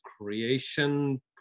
creation